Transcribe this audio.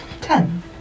Ten